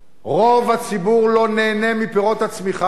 רוב הציבור לא נהנה מפירות הצמיחה,